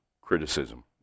criticism